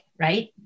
right